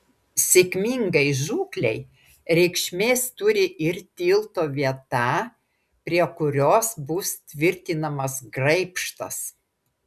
sėkmingai žūklei reikšmės turi ir tilto vieta prie kurios bus tvirtinamas graibštas